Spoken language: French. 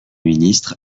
ministre